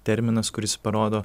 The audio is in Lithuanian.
terminas kuris parodo